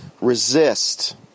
Resist